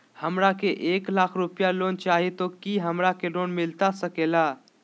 हमरा के एक लाख रुपए लोन चाही तो की हमरा के लोन मिलता सकेला?